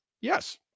Yes